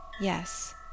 Yes